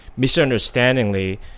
misunderstandingly